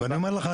ואני אומר לך,